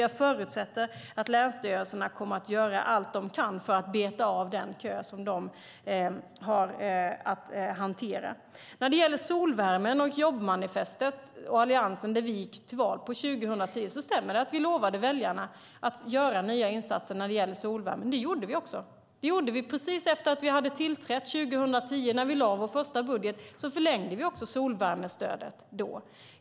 Jag förutsätter att länsstyrelserna kommer att göra allt de kan för att beta av den kö som de har att hantera. När det gäller solvärmen, jobbmanifestet och det Alliansen gick till val på 2010 stämmer det att vi lovade väljarna att göra nya insatser när det gäller solvärmen. Det gjorde vi också. Det gjorde vi precis när vi hade tillträtt 2010. När vi lade fram vår första budget förlängde vi då också solvärmestödet.